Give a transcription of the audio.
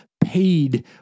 paid